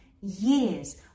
years